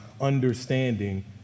understanding